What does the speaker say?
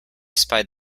spied